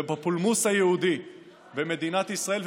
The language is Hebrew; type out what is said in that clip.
ובפולמוס היהודי במדינת ישראל,